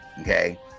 okay